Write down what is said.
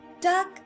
duck